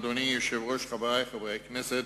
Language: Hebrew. אדוני היושב-ראש, חברי חברי הכנסת,